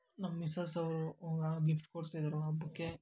ನಮ್ಮ ಮಿಸ್ಸೆಸ್ ಅವರು ಆ ಗಿಫ್ಟ್ ಕೊಡಿಸಿದ್ರು ಹಬ್ಬಕ್ಕೆ